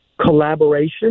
collaboration